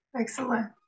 excellent